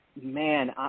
man